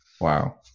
Wow